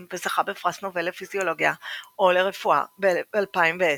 וזכה בפרס נובל לפיזיולוגיה או לרפואה ב-2010.